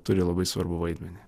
turi labai svarbų vaidmenį